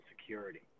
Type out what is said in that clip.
security